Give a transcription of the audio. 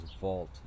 vault